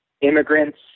immigrants